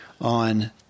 on